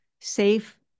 safe